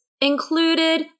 included